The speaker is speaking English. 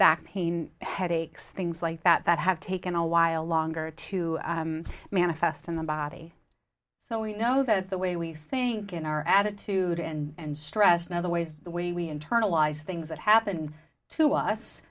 back pain headaches things like that that have taken a while longer to manifest in the body so we know that the way we think in our attitude and stress in other ways the way we internalize things that happen to us